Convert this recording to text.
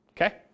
Okay